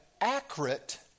accurate